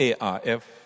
ARF